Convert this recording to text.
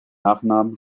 nachnamen